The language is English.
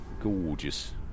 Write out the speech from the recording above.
gorgeous